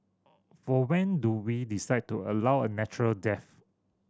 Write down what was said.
for when do we decide to allow a natural death